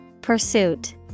Pursuit